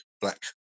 black